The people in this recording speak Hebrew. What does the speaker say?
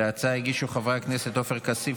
את ההצעה הגישו חברי הכנסת עופר כסיף,